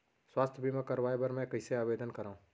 स्वास्थ्य बीमा करवाय बर मैं कइसे आवेदन करव?